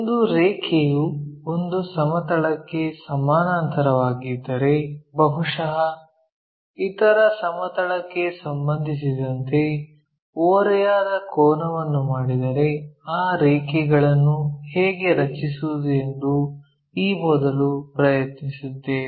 ಒಂದು ರೇಖೆಯು ಒಂದು ಸಮತಲಕ್ಕೆ ಸಮಾನಾಂತರವಾಗಿದ್ದರೆ ಬಹುಶಃ ಇತರ ಸಮತಲಕ್ಕೆ ಸಂಬಂಧಿಸಿದಂತೆ ಓರೆಯಾದ ಕೋನವನ್ನು ಮಾಡಿದರೆ ಆ ರೇಖೆಗಳನ್ನು ಹೇಗೆ ರಚಿಸುವುದು ಎಂದು ಈ ಮೊದಲೇ ಪ್ರಯತ್ನಿಸಿದ್ದೇವೆ